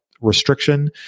restriction